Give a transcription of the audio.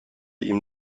ihm